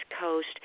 coast